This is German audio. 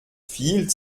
viel